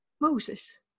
Moses